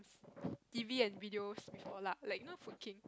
T_V and videos before lah like you know Food-King